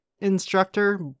instructor